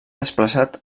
desplaçat